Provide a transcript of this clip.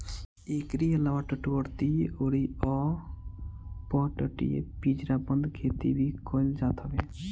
एकरी अलावा तटवर्ती अउरी अपतटीय पिंजराबंद खेती भी कईल जात हवे